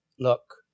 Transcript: Look